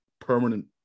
permanent